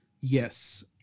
Yes